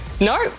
No